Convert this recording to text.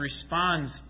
responds